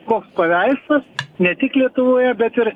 koks paveikslas ne tik lietuvoje bet ir